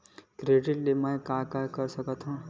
Credit ले मैं का का कर सकत हंव?